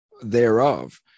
thereof